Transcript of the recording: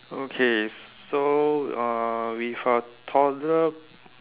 okay so uh with a toddler